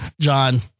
john